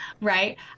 right